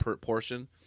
portion